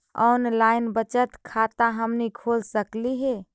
Online बचत खाता हमनी खोल सकली हे?